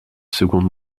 seconde